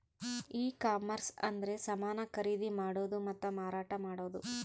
ಈ ಕಾಮರ್ಸ ಅಂದ್ರೆ ಸಮಾನ ಖರೀದಿ ಮಾಡೋದು ಮತ್ತ ಮಾರಾಟ ಮಾಡೋದು